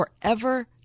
forever